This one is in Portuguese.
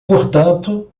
portanto